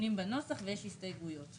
כללי לגבי התקציב, ההסתייגויות לתקציב.